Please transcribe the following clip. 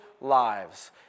lives